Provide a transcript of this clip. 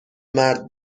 مرد